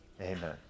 amen